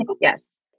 Yes